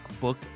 book